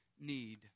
need